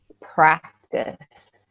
practice